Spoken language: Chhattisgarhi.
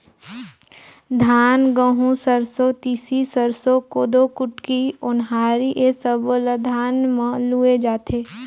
धान, गहूँ, सरसो, तिसी, सरसो, कोदो, कुटकी, ओन्हारी ए सब्बो ल धान म लूए जाथे